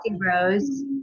Rose